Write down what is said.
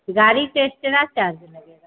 गाड़ी का extra charge लगेगा ना